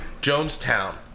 Jonestown